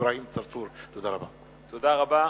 תודה רבה.